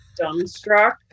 dumbstruck